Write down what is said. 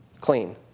clean